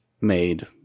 made